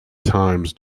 times